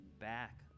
back